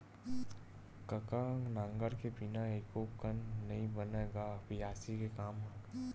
कका नांगर के बिना एको कन नइ बनय गा बियासी के काम ह?